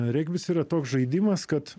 regbis yra toks žaidimas kad